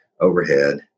overhead